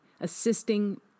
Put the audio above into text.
assisting